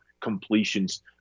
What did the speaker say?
completions